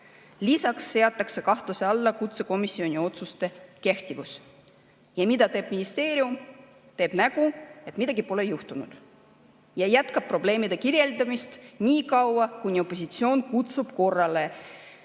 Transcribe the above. Lisaks seatakse kahtluse alla kutsekomisjoni otsuste kehtivus. Ja mida teeb ministeerium? Teeb näo, et midagi pole juhtunud, ja jätkab probleemide kirjeldamist niikaua, kuni opositsioon kutsub korrale ja